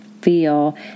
feel